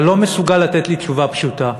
אתה לא מסוגל לתת לי תשובה פשוטה.